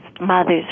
mothers